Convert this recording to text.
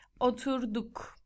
Oturduk